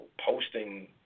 posting